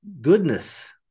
goodness